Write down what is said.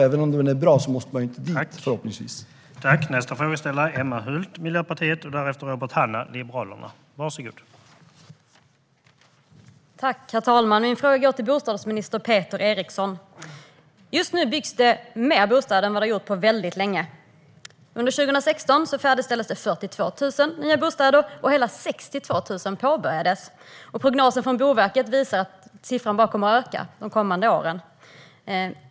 Även om den är bra måste man ju förhoppningsvis inte dit.